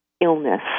illness